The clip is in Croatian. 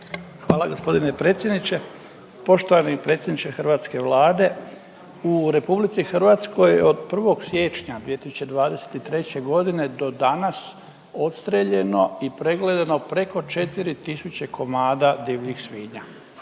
Hvala gospodine predsjedniče. Poštovani predsjedniče hrvatske Vlade. U RH od 1. siječnja 2023. g. do danas odstreljeno i pregledano preko 4 tisuća komada divljih svinja.